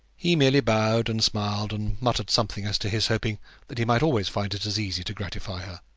he merely bowed and smiled, and muttered something as to his hoping that he might always find it as easy to gratify her.